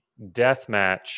deathmatch